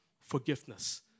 forgiveness